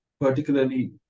particularly